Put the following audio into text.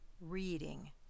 Reading